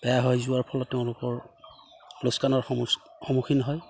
বেয়া হৈ যোৱাৰ ফলত তেওঁলোকৰ লোকচানৰ সমচ সন্মুখীন হয়